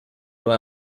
loro